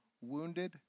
wounded